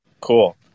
Cool